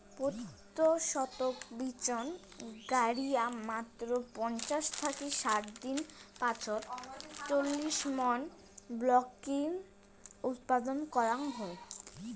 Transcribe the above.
পত্যি শতক বিচন গাড়িয়া মাত্র পঞ্চাশ থাকি ষাট দিন পাছত চল্লিশ মন ব্রকলি উৎপাদন করাং হই